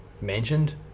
mentioned